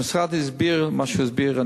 המשרד הסביר מה שהסביר,